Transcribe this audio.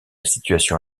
situation